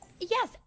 Yes